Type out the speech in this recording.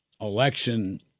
Election